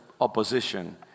opposition